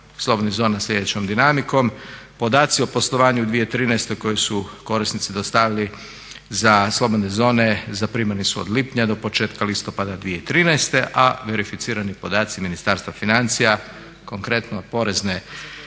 slobodnih zona sljedećom dinamikom: podaci o poslovanju u 2013. koji su korisnici dostavili za slobodne zone zaprimljeni su od lipnja do početka listopada 2013. a verificirani podaci Ministarstva financija konkretno porezne